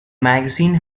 magazine